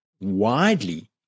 widely